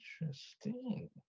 Interesting